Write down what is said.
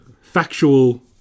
factual